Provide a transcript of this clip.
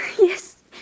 Yes